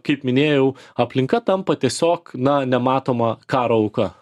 kaip minėjau aplinka tampa tiesiog na nematomo karo auka